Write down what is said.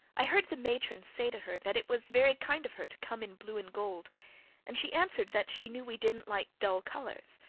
i heard the matron say to her that it was very kind of her to come in blue and gold and she answered that she knew we didn't like dull colours.